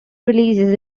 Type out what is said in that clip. releases